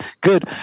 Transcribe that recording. good